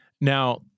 Now